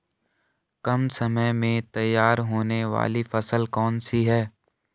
कम समय में तैयार होने वाली फसल कौन सी है?